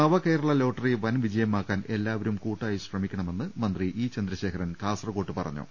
നവകേരള lottery വൻ വിജയമാക്കാൻ എല്ലാവരും കൂട്ടായി ശ്രമിക്കണമെന്ന് മന്ത്രി ഇ ചന്ദ്രശേഖരൻ കാസർകോട്ട് പറഞ്ഞു